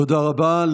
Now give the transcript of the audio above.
תודה רבה.